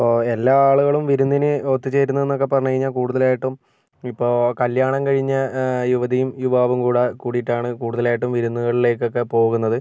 ഇപ്പോൾ എല്ലാ ആളുകളും വിരുന്നിനു ഒത്തു ചേരുന്നു എന്നൊക്കെ പറഞ്ഞു കഴിഞ്ഞാല് കൂടുതലായിട്ടും ഇപ്പോൾ കല്യാണം കഴിഞ്ഞ യുവതിയും യുവാവും കൂടെ കൂടിയിട്ടാണ് കൂടുതലായിട്ടും വിരുന്നുകളിലേക്ക് ഒക്കെ പോകുന്നത്